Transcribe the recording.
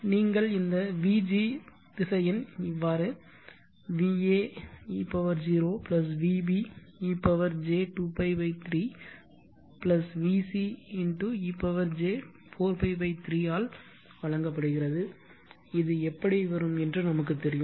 நீங்கள் இந்த vg திசையன் இவ்வாறு vae0 vb ej2π3 vc ej4π 3 ஆல் வழங்கப்படுகிறது இது எப்படி வரும் என்று நமக்கு தெரியும்